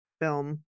film